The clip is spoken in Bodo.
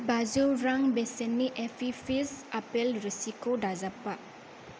बाजौ रां बेसेननि एपि फिज आपेल रोसिखौ दाजाबफा